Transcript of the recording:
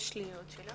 יש לי עוד שאלה.